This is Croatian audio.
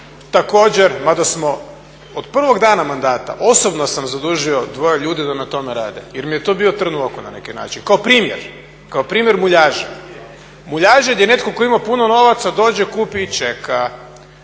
također, mada smo od prvog dana mandata osobno sam zadužio dvoje ljudi da na tome rade, jer mi je to bio trn u oku na neki način kao primjer, kao primjer muljaže. Muljaže gdje netko tko ima puno novaca dođe, kupi i čeka.